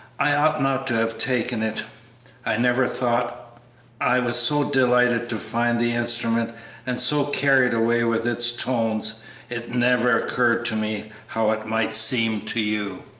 i ought not to have taken it i never thought i was so delighted to find the instrument and so carried away with its tones it never occurred to me how it might seem to you!